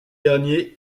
dernier